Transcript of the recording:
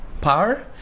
power